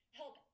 help